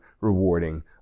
rewarding